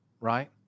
right